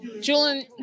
Julian